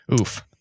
Oof